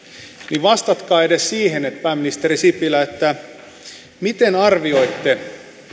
niin vastatkaa edes siihen pääministeri sipilä miten arvioitte